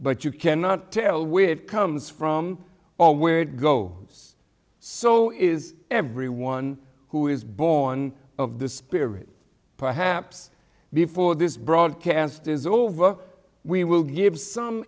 but you cannot tell which comes from or where it go so is everyone who is born of the spirit perhaps before this broadcast is over we will give some